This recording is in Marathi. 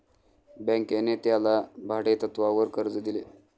बँकेने त्याला भाडेतत्वावर कर्ज दिले